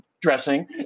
dressing